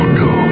no